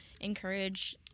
encourage